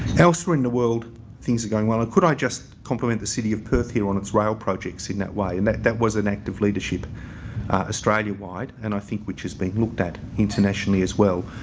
elsewhere in the world things are going well. and could i just complement the city of perth here on its rail projects in that way and that that was an act of leadership australia wide. and i think which has been looked at internationally as well,